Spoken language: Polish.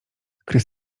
krys